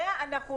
לאה,